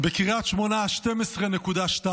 בקריית שמונה, 12.2,